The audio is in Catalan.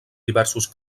diversos